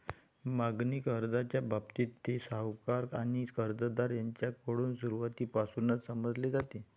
मागणी कर्जाच्या बाबतीत, ते सावकार आणि कर्जदार यांच्याकडून सुरुवातीपासूनच समजले जाते